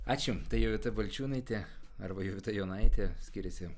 ačiū tai jovita balčiūnaitė arba jovita jonaitė skiriasi